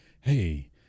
Hey